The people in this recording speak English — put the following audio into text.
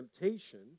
temptation